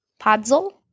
Podzol